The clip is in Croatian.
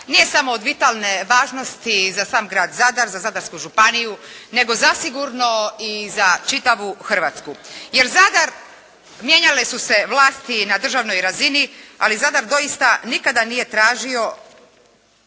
nije samo od vitalne važnosti za sam grad Zadar, za Zadarsku županiju nego zasigurno i za čitavu Hrvatsku. Jer Zadar mijenjale su se vlasti na državnoj razini ali Zadar doista nikada nije tražio